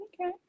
Okay